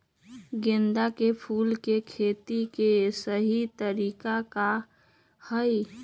गेंदा के फूल के खेती के सही तरीका का हाई?